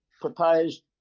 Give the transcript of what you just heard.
proposed